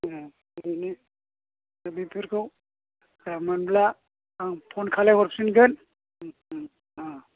ओ ओरैनो बेफोरखौ ओ मोनब्ला आं फन खालायहरफिनगोन ओं ओं अ